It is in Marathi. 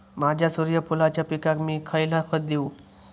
माझ्या सूर्यफुलाच्या पिकाक मी खयला खत देवू?